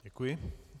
Děkuji.